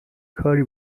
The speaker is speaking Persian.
کاری